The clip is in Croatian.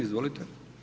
Izvolite.